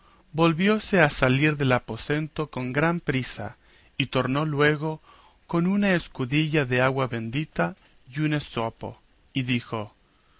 vio volvióse a salir del aposento con gran priesa y tornó luego con una escudilla de agua bendita y